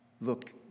look